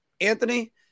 Anthony